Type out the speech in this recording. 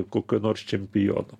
kokio nors čempiono